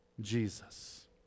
Jesus